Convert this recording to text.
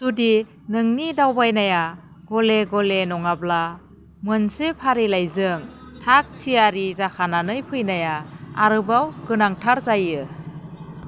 जुदि नोंनि दावबायनाया गले गले नङाब्ला मोनसे फारिलाइजों थाक थियारि जाखानानै फैनाया आरोबाव गोनांथार जायो